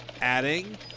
adding